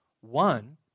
One